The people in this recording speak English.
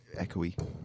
echoey